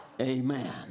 amen